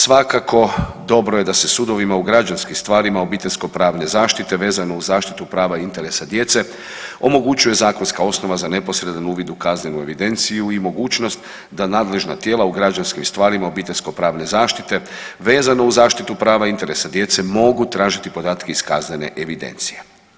Svakako dobro je da se sudovima u građanskim stvarima obiteljsko-pravne zaštite vezano uz zaštitu prava i interesa djece omogućuje zakonska osnova za neposredan uvid u kaznenu evidenciju i mogućnost da nadležna tijela u građanskim stvarima obiteljsko-pravne zaštite vezano uz zaštitu prava interesa djece mogu tražiti podatke iz kaznene evidencije.